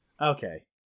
Okay